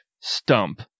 stump